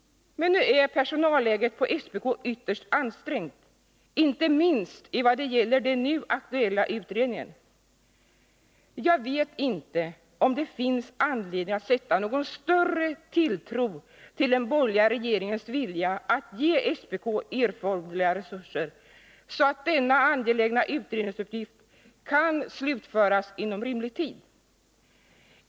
Personalläget på SPK är emellertid ytterst ansträngt, inte minst vad gäller den nu aktuella utredningen. Jag vet inte om det finns anledning att sätta någon större tilltro till den borgerliga regeringens vilja att ge SPK erforderliga resurser, så att denna angelägna utredningsuppgift kan slutföras inom rimlig tid.